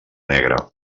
negra